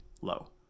low